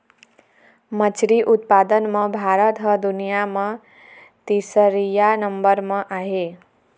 मछरी उत्पादन म भारत ह दुनिया म तीसरइया नंबर म आहे